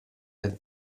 that